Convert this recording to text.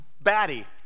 batty